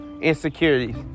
insecurities